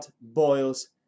boils